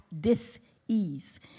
dis-ease